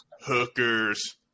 hookers